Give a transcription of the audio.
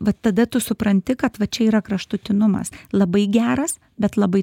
vat tada tu supranti kad va čia yra kraštutinumas labai geras bet labai